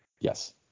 yes